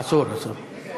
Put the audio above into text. אסור, אסור.